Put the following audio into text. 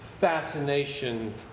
fascination